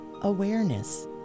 awareness